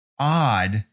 odd